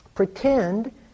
Pretend